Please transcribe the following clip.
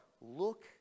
look